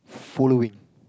following